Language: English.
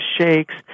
shakes